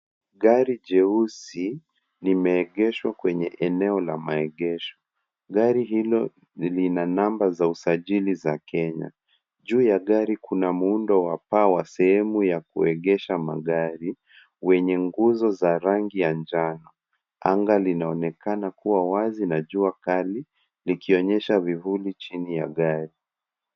Gari jeusi limeegeshwa kwenye eneo la maegesho. Gari hilo lina namba za usajili za Kenya. Juu ya gari kuna muundo wa paa wa sehemu ya kuegesha magari wenye nguzo za rangi ya njano. Anga linaonekana kuwa wazi na jua kali likionyesha vivuli chini ya gari.